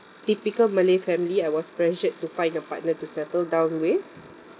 typical malay family I was pressured to find a partner to settle down with